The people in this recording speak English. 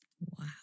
Wow